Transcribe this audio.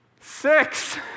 six